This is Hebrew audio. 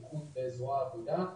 מינהל הבטיחות וזרוע העבודה,